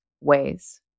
ways